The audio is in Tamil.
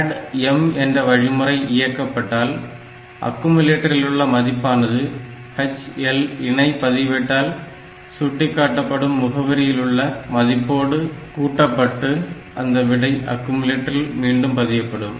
ADD M என்ற வழிமுறை இயக்கப்பட்டால் அக்குமுலேட்டரிலுள்ள மதிப்பானது HL இணை பதிவேட்டால் சுட்டிக்காட்டப்படும் முகவரியில் உள்ள மதிப்போடு கூட்டப்பட்டு அதன் விடை அக்குமுலேட்டரில் மீண்டும் பதியப்படும்